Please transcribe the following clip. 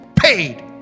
Paid